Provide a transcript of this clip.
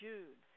June